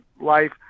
life